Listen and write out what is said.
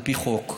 על פי חוק.